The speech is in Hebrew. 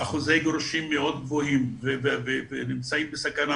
לאחוזי גירושין מאוד גבוהים ונמצאים בסכנה